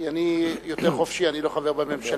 כי אני יותר חופשי, אני לא חבר בממשלה.